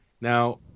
Now